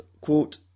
quote